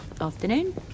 Afternoon